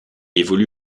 évolue